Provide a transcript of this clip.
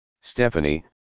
Stephanie